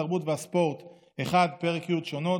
התרבות והספורט: פרק י' (שונות),